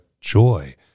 joy